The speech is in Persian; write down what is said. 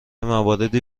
مواردی